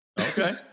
Okay